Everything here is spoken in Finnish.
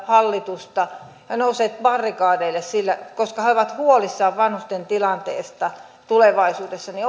hallitusta ja nousseet barrikadeille koska he ovat huolissaan vanhusten tilanteesta tulevaisuudessa niin